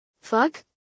fuck